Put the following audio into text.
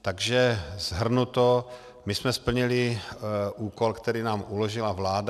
Takže shrnuto, my jsme splnili úkol, který nám uložila vláda.